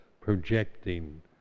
projecting